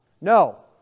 No